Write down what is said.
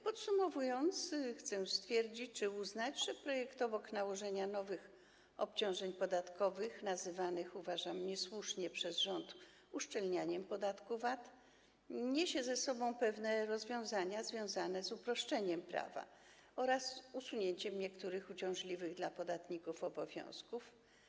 Podsumowując, chcę stwierdzić czy uznać, że projekt obok nałożenia nowych obciążeń podatkowych, nazywanych, uważam, niesłusznie przez rząd uszczelnianiem podatku VAT, niesie ze sobą pewne rozwiązania związane z uproszczeniem prawa oraz usunięciem niektórych uciążliwych dla podatników obowiązków.